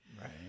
right